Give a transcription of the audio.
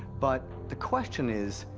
but the question is,